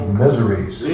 miseries